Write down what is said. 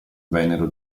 vennero